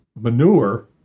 manure